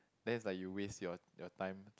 then is like you waste your your time